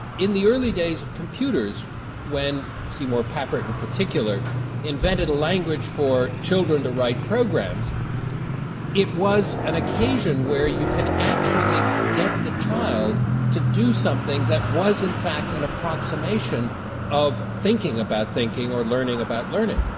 in the early days of computers when seymour papert in particular invented a language for children to write programs it was an occasion where you could actually get the child to do something that was, in fact, an approximation of thinking about thinking, or learning about learning.